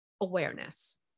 awareness